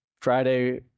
Friday